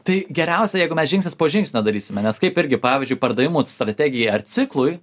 tai geriausia jeigu mes žingsnis po žingsnio darysime nes kaip irgi pavyzdžiui pardavimų strategija ar ciklui